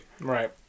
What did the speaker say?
Right